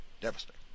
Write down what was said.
devastating